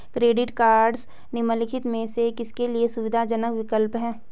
Credit cards निम्नलिखित में से किसके लिए सुविधाजनक विकल्प हैं?